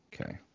Okay